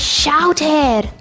shouted